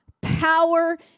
power